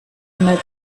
met